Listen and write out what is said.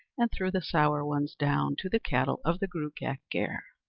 and threw the sour ones down to the cattle of the gruagach gaire.